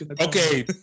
Okay